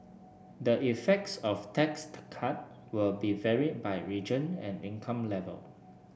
the effects of tax cut will be varied by region and income level